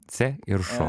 ce ir šo